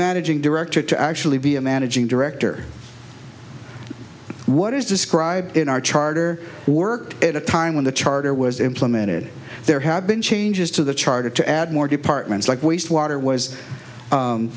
managing director to actually be a managing director what is described in our charter worked at a time when the charter was implemented there had been changes to the charter to add more departments like wastewater was